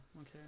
okay